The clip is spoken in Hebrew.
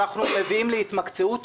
אנחנו מביאים להתמקצעות,